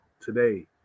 today